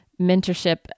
mentorship